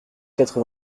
quatre